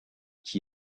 qui